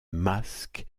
masques